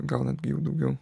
gal netgi jau daugiau